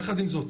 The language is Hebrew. יחד עם זאת,